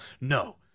No